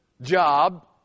job